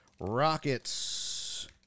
Rockets